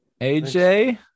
AJ